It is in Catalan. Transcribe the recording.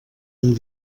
amb